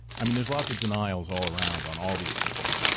i mean, there's lots of denials all around, on all these things.